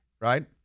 right